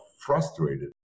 frustrated